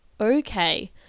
okay